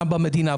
במדינה.